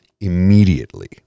immediately